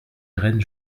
irène